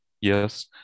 Yes